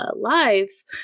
lives